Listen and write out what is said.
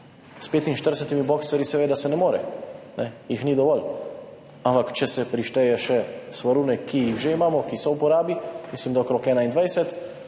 S 45 boxsarji je seveda ne more, jih ni dovolj. Ampak če se prišteje še svarune, ki jih že imamo, ki so v uporabi, mislim, da okrog 21,